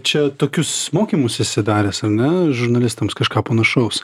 čia tokius mokymus esi daręs ar ne žurnalistams kažką panašaus